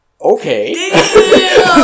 okay